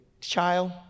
child